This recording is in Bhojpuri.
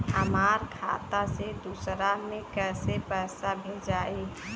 हमरा खाता से दूसरा में कैसे पैसा भेजाई?